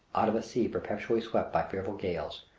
out of a sea perpetually swept by fearful gales,